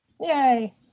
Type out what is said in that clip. Yay